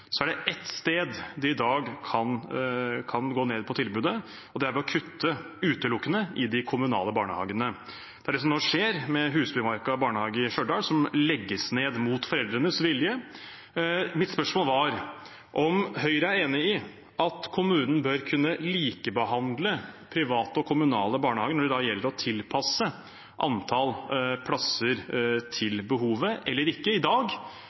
er det ett sted de i dag kan gå ned på tilbudet, og det er ved å kutte – utelukkende – i de kommunale barnehagene. Det er det som nå skjer med Husbymarka barnehage i Stjørdal, som legges ned mot foreldrenes vilje. Mitt spørsmål var om Høyre er enig i at kommunen bør kunne likebehandle private og kommunale barnehager når det gjelder å tilpasse antallet plasser til behovet, eller ikke. I dag